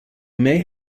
may